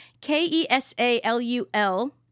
K-E-S-A-L-U-L